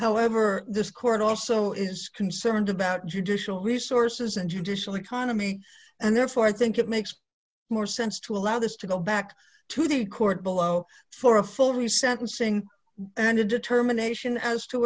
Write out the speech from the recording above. however this court also is concerned about judicial resources and judicial economy and therefore i think it makes more sense to allow this to go back to the court below for a full reset and saying and a determination as to